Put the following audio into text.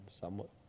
somewhat